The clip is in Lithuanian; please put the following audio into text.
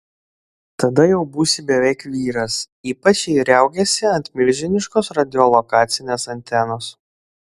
tada jau būsi beveik vyras ypač jei riaugėsi ant milžiniškos radiolokacinės antenos